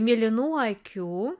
mėlynų akių